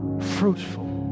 fruitful